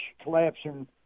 collapsing